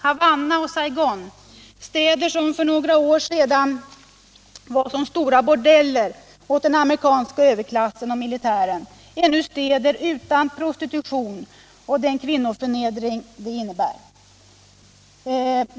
Havanna och Saigon, städer som för några år sedan var som stora bordeller åt amerikansk överklass och militär, är nu städer utan prostitution och den kvinnoförnedring denna innebär.